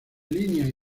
líneas